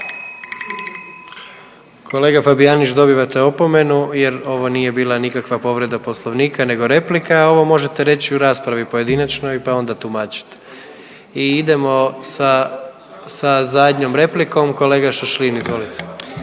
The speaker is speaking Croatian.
Kolega Fabijanić dobivate opomenu, jer ovo nije bila nikakva povreda Poslovnika nego replika, a ovo možete reći i u raspravi pojedinačnoj pa onda tumačiti. I idemo sa zadnjom replikom kolega Šašlin, izvolite.